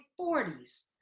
40s